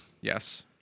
Yes